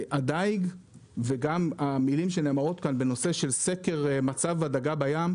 הדיג וגם המילים שנאמרות כאן בנושא של סקר מצב הדגה בים,